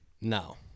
No